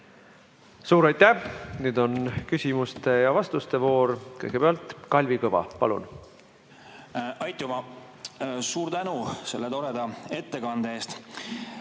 Suur aitäh! Nüüd on küsimuste ja vastuste voor. Kõigepealt Kalvi Kõva. Palun! Aitüma! Suur tänu selle toreda ettekande eest!